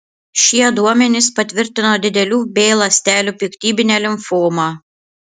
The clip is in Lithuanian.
šie duomenys patvirtino didelių b ląstelių piktybinę limfomą